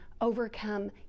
overcome